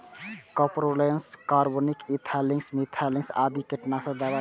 carbofuran, carbaryl, ethylene, methylene आदि कीटनाशक दवा छियै